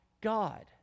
God